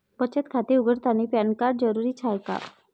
बचत खाते उघडतानी पॅन कार्ड जरुरीच हाय का?